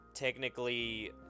technically